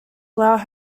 allowed